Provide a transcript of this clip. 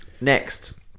Next